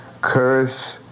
curse